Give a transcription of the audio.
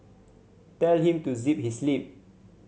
tell him to zip his lip